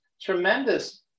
tremendous